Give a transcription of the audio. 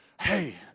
hey